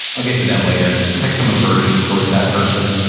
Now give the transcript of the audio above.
i'll get to them later. just like some aversion towards that person.